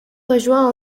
rejoint